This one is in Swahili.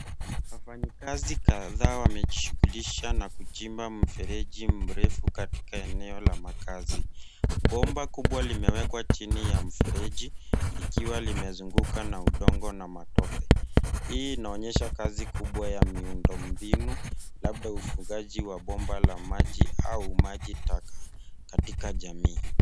Wafanyikazi kadhaa wamejishughulisha na kuchimba mfereji mrefu katika eneo la makazi. Bomba kubwa limewekwa chini ya mfereji likiwa limezunguka na udongo na matope. Hii inaonyesha kazi kubwa ya miundombinu, labda ufugaji wa bomba la maji au majitaka, katika jamii.